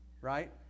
right